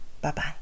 Bye-bye